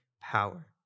power